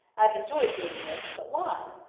i've enjoyed doing this but why?